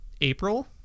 April